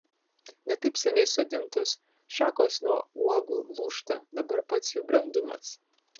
ne taip seniai sodintos šakos nuo uogų lūžta dabar pats jų brandumas